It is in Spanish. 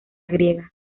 griega